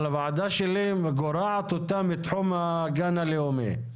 אבל הוועדה שלי גורעת אותה מתחום הגן הלאומי.